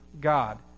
God